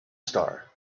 star